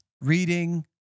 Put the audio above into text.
reading